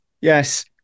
yes